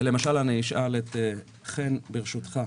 למשל, אשאל את חן, ברשותך.